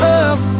up